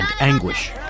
anguish